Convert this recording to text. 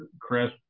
Chris